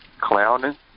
Clowning